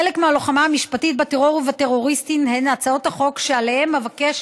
חלק מהלוחמה המשפטית בטרור ובטרוריסטים הוא הצעות החוק שעליהן אבקש